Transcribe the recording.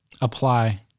apply